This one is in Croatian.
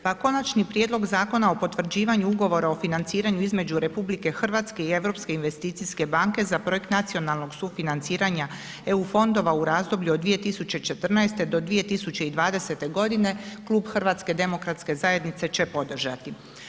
Pa Konačni prijedlog Zakona o potvrđivanju ugovora o financiranju između RH i Europske investicijske banke za projekt nacionalnog sufinanciranja EU fondova u razdoblju od 2014. do 2020. godine Klub HDZ-a će podržati.